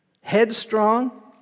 headstrong